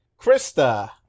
Krista